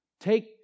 Take